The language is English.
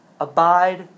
Abide